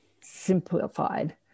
simplified